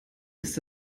ist